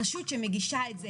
כרגע זה בעיקר לקחת את המבנים,